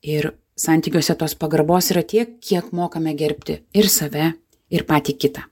ir santykiuose tos pagarbos yra tiek kiek mokame gerbti ir save ir patį kitą